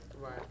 Right